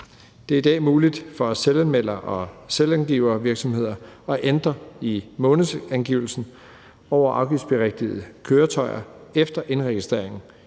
Det er i dag muligt for selvanmelder- og selvangivervirksomheder at ændre i månedsangivelsen over afgiftsberigtigede køretøjer efter indregistreringen